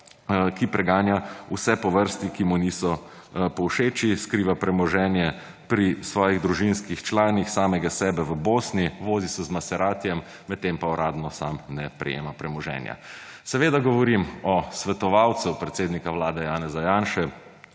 ki preganja vse po vrsti, ki mu niso povšeči, skriva premoženje pri svojih družinskih članih, samega sebe v Bosni, vozi se z maseratijem, medtem pa uradno sam ne prejema premoženja. Seveda govorim o svetovalcu predsednika Vlade Janeza Janše